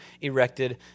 erected